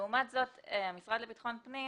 לעומת זאת המשרד לביטחון פנים